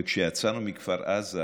וכשיצאנו מכפר עזה,